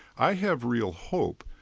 i have real hope,